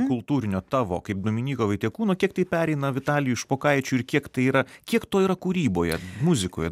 kultūrinio tavo kaip dominyko vaitiekūno kiek tai pereina vitalijui špokaičiui ir kiek tai yra kiek to yra kūryboje muzikoje dainose